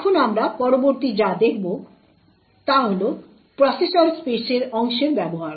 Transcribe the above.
এখন আমরা পরবর্তী যা দেখব তা হল প্রসেসের স্পেসের অংশের ব্যবহার